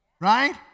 right